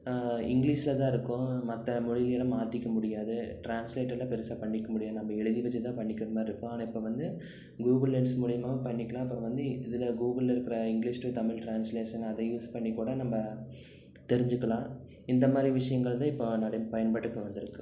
இங்கிலீஷில் தான் இருக்கும் மற்ற மொழியிலலாம் மாற்றிக்க முடியாது டிரான்ஸ்லேட்டுலாம் பெருசாக பண்ணிக்க முடியாது நம்ம எழுதி வச்சு தான் பண்ணிக்கிற மாதிரி இருக்கும் ஆனால் இப்போ வந்து கூகுள் லென்ஸ் மூலியமாகவும் பண்ணிக்கலாம் இப்போ வந்து இதில் கூகுளில் இருக்கிற இங்கிலீஷ் டூ தமிழ் டிரான்ஸ்லேஷன் அதை யூஸ் பண்ணிக் கூட நம்ப தெரிஞ்சுக்கலாம் இந்த மாதிரி விஷயங்கள் தான் இப்போ நடை பயன்பாட்டுக்கு வந்துருக்கு